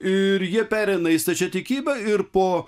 ir jie pereina į stačiatikybę ir po